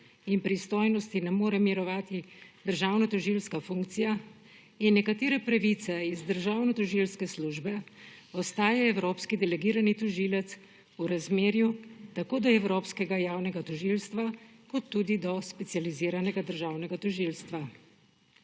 in pristojnosti ne more mirovati državnotožilska funkcija in nekatere pravice iz državnotožilske službe, ostaja evropski delegirani tožilec v razmerju tako do Evropskega javnega tožilstva kot tudi do Specializiranega državnega tožilstva.